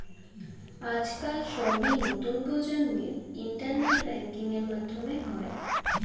আজকাল সবই নতুন প্রজন্মের ইন্টারনেট ব্যাঙ্কিং এর মাধ্যমে হয়